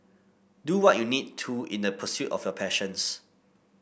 do what you need to in the pursuit of your passions